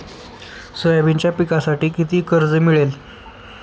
सोयाबीनच्या पिकांसाठी किती कर्ज मिळेल?